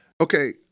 Okay